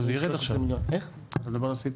הסעיף